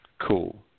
Cool